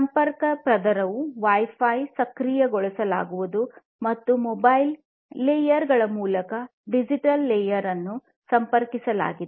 ಸಂಪರ್ಕ ಪದರವನ್ನು wifi ಸಕ್ರಿಯಗೊಳಿಸಲಾಗಿದೆ ಮತ್ತು ಮೊಬೈಲ್ ಲೇಯರ್ಗಳ ಮೂಲಕ ಡಿಜಿಟಲ್ ಲೇಯರ್ ಅನ್ನು ಸಂಪರ್ಕಿಸಲಾಗಿದೆ